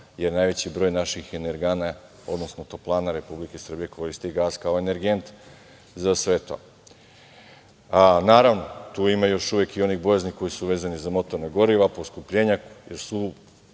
jer najveći broj naših energana, odnosno toplana Republike Srbije, koristi gas kao energent za sve to. Naravno, tu ima još uvek i onih bojazni koje su vezane za motorna goriva, poskupljenja, jer su